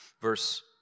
Verse